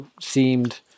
seemed